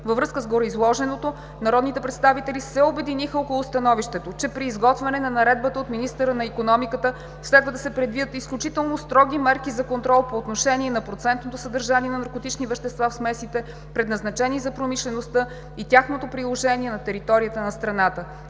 Във връзка с гореизложеното, народните представители се обединиха около становището, че при изготвяне на наредбата от министъра на икономиката следва да се предвидят изключително строги мерки за контрол по отношение на процентното съдържание на наркотични вещества в смесите, предназначени за промишлеността и тяхното приложение на територията на страната.